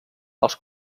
els